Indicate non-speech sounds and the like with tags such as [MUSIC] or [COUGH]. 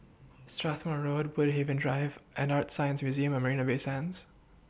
Strathmore Road Woodhaven Drive and ArtScience Museum At Marina Bay Sands [NOISE]